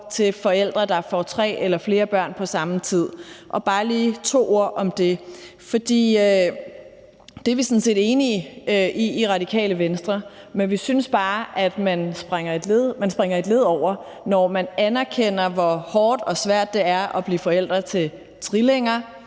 til forældre, der får tre eller flere børn på samme tid, og lad mig bare lige sige to ord om det. For det er vi sådan set enige i i Radikale Venstre, men vi synes bare, at man springer et led over, når man anerkender, hvor hårdt og svært det er at blive forældre til trillinger,